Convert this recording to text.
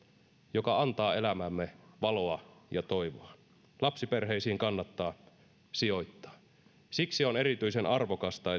joka antaa elämäämme valoa ja toivoa lapsiperheisiin kannattaa sijoittaa siksi on erityisen arvokasta